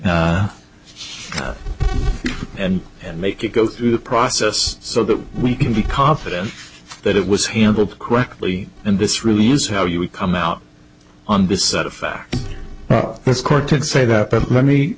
and and and make it go through the process so that we can be confident that it was handled correctly and this really is how you would come out on the set of this court to say that but let me